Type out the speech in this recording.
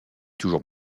toujours